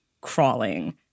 crawling